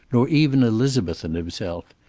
nor even elizabeth and himself.